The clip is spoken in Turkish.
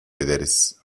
ederiz